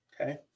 Okay